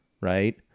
right